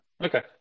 Okay